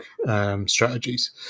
strategies